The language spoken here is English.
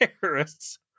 terrorists